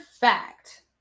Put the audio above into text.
fact